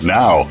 now